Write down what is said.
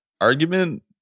argument